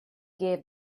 gave